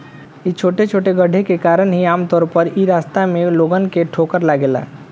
इ छोटे छोटे गड्ढे के कारण ही आमतौर पर इ रास्ता में लोगन के ठोकर लागेला